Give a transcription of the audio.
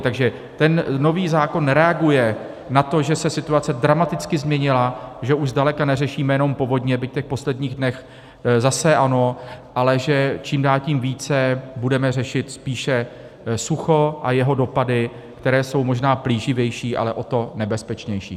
Takže ten nový zákon reaguje na to, že se situace dramaticky změnila, že už zdaleka neřešíme jenom povodně, byť teď v posledních dnech zase ano, ale že čím dál tím více budeme řešit spíše sucho a jeho dopady, které jsou možná plíživější, ale o to nebezpečnější.